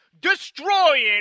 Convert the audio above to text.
destroying